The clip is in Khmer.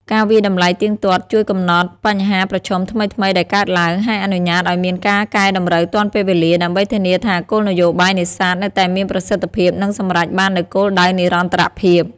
ការវាយតម្លៃទៀងទាត់ជួយកំណត់បញ្ហាប្រឈមថ្មីៗដែលកើតឡើង ហើយអនុញ្ញាតឲ្យមានការកែតម្រូវទាន់ពេលវេលា ដើម្បីធានាថាគោលនយោបាយនេសាទនៅតែមានប្រសិទ្ធភាព និងសម្រេចបាននូវគោលដៅនិរន្តរភាព។